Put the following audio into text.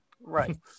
Right